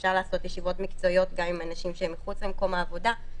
אפשר לעשות ישיבות מקצועיות גם עם אנשים שהם מחוץ למקום העבודה.